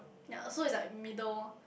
ya so is like middle ah